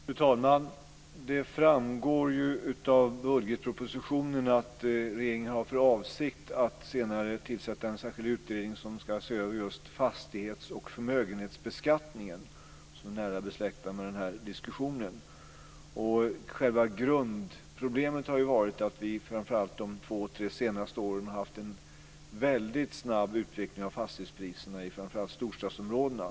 Fru talman! Det framgår ju av budgetpropositionen att regeringen har för avsikt att senare tillsätta en särskild utredning som ska se över just fastighets och förmögenhetsbeskattningen, som är nära besläktad med den här diskussionen. Själva grundproblemet har ju varit att vi framför allt de senaste två tre åren har haft en väldigt snabb utveckling av fastighetspriserna i framför allt storstadsområdena.